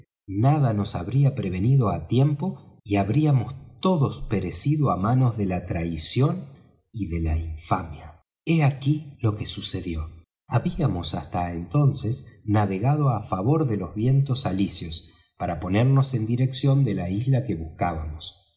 nada nos habría prevenido á tiempo y habríamos todos perecido á manos de la traición y de la infamia hé aquí lo que sucedió habíamos hasta entonces navegado á favor de los vientos alisios para ponernos en dirección de la isla que buscábamos